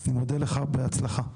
אני מודה לך, בהצלחה.